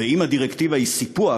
ואם הדירקטיבה היא סיפוח,